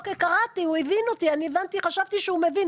אוקיי, קראתי, הוא הבין אותי, חשבתי שהוא מבין.